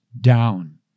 down